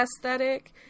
aesthetic